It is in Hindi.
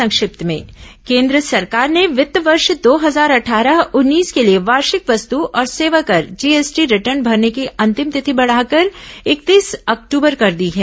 संक्षिप्त समाचार केन्द्र सरकार ने वित्त वर्ष दो हजार अट्ठारह उन्नीस के लिये वार्षिक वस्तु और सेवाकर जीएसटी रिटर्न भरने की अंतिम तिथि बढ़ाकर इकतीस अक्टूबर कर दी है